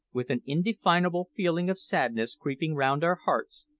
with an indefinable feeling of sadness creeping round our hearts,